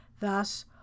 Thus